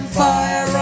fire